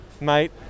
mate